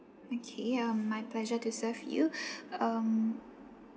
okay um my pleasure to serve you um